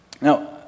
Now